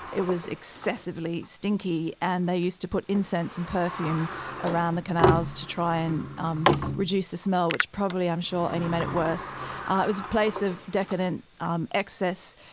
it was excessively stinky. and they used to put incense and perfume around the canals to try and um reduce the smell, which probably, i'm sure, only made it worse. ah it was a place of decadent um excess.